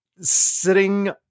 sitting